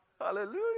Hallelujah